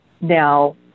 Now